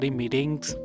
meetings